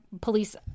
police